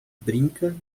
brinca